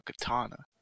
katana